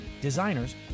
designers